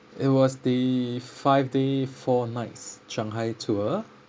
it was the five day four nights shanghai tour